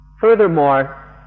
Furthermore